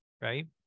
right